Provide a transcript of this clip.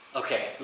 okay